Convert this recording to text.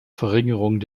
verringerung